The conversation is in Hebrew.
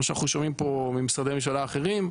שאנחנו שומעים פה ממשרדי הממשלה האחרים.